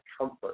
comfort